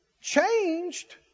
changed